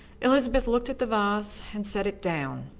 elizabeth looked at the vase and set it down.